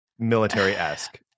Military-esque